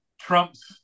Trump's